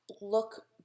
look